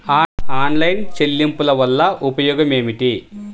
Online చెల్లింపుల వల్ల ఉపయోగమేమిటీ?